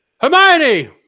Hermione